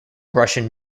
russian